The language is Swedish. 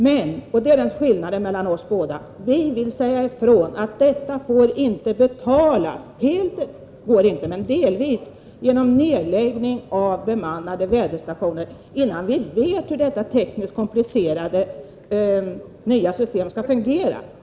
Men — och det är skillnaden mellan Olle Östrands och mitt resonemang -— vi säger ifrån att detta inte får betalas helt — för det går inte — men dock delvis genom en nedläggning av bemannade väderstationer innan vi vet hur detta tekniskt komplicerade nya system kommer att fungera.